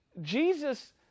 Jesus